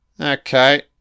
Okay